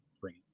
bring